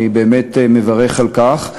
אני באמת מברך על כך.